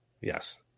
Yes